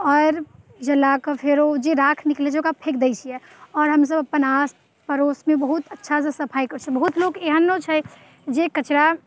आओर जला कऽ फेर ओ जे राख निकलैत छै ओकरा फेक दै छियै आओर हमसब अपन आसपड़ोसमे बहुत अच्छा से सफाइ करैत छियै बहुत लोक एहनो छै जे कचरा